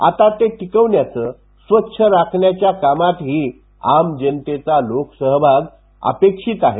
आता ते टिकवण्याचं स्वच्छ राखण्याच्या कामातही आमजनतेचा लोसहभाग अपेक्षित आहे